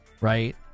Right